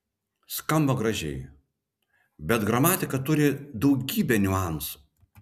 skamba gražiai bet gramatika turi daugybę niuansų